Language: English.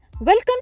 welcome